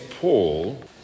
Paul